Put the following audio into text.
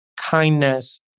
kindness